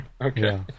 Okay